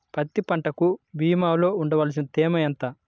పత్తి పంటకు భూమిలో ఉండవలసిన తేమ ఎంత?